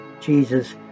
Jesus